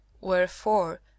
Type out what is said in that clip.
wherefore